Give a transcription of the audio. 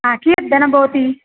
आ कियत् धनं भवति